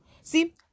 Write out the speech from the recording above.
See